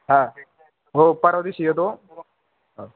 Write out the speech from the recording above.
हा हो परवा दिवशी येतो हो